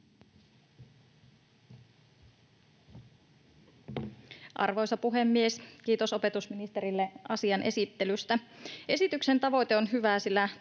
Arvoisa puhemies! Kiitos opetusministerille asian esittelystä. Esityksen tavoite on hyvä,